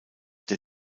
der